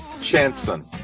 Chanson